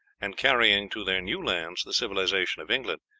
and carrying to their new lands the civilization of england,